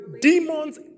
demons